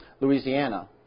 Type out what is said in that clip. Louisiana